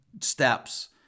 steps